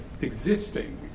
existing